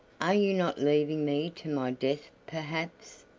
are you not leaving me to my death perhaps?